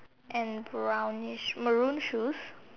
and brownish Maroon shoes